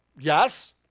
Yes